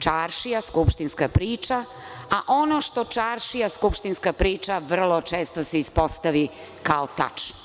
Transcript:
Čaršija skupštinska priča, a ono što čaršija skupštinska priča, vrlo često se ispostavi kao tačno.